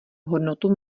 hodnotu